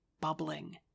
bubbling